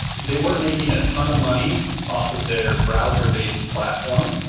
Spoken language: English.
they weren't making a ton of money off of their browser-based platform,